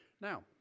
Now